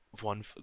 one